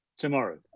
tomorrow